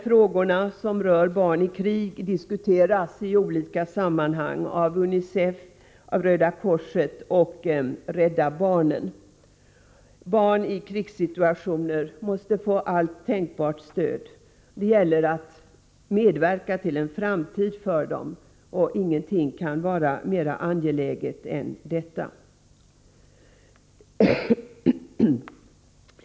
Frågor som rör barn i krig diskuteras i olika sammanhang av UNICEF, av 8 Röda korset och Rädda barnen. Barn i krigssituationer måste få allt tänkbart stöd. Det gäller att medverka till en framtid för dem, och ingenting kan vara mera angeläget än detta.